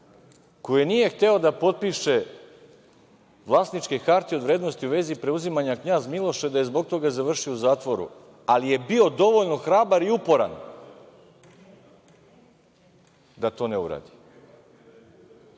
koji nije hteo da potpiše vlasničke hartije od vrednosti u vezi preuzimanja „Knjaz Miloša“ i da je zbog toga završio u zatvoru, ali je bio dovoljno hrabar i uporan da to ne uradi.